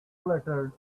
fluttered